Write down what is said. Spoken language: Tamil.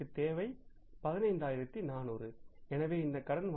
ஏற்கனவே பாதுகாப்புப் இருப்பாக 5100 நம்மிடம் உள்ளது இது குறைந்தபட்ச ரொக்க இருப்பு ஆகும்